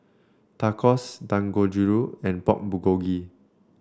Tacos Dangojiru and Pork Bulgogi